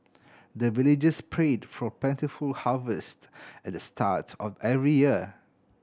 the villagers prayed for plentiful harvest at the start of every year